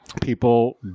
people